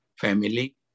family